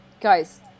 guys